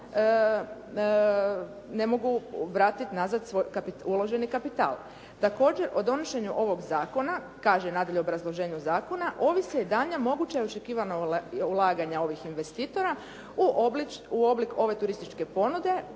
ne mogu svoj uloženi kapital. Također o donošenju ovog zakona kaže nadalje u obrazloženju zakona, ovise daljnja moguća očekivana ulaganja ovih investitora u oblik ove turističke ponude